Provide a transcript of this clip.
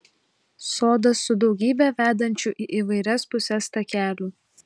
sodas su daugybe vedančių į įvairias puses takelių